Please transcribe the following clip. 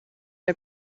der